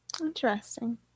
Interesting